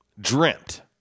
Dreamt